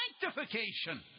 sanctification